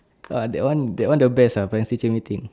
ah that one that one the best uh parents teacher meeting